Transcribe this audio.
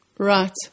Right